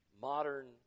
modern